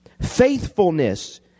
faithfulness